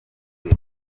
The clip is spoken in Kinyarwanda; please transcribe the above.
bwe